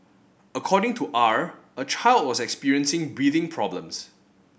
according to R a child was experiencing breathing problems